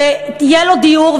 שיהיה לו דיור.